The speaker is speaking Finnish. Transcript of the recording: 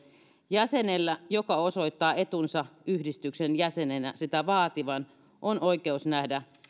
jäsenellä joka osoittaa etunsa yhdistyksen jäsenenä sitä vaativan on oikeus nähdä